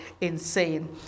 insane